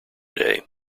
day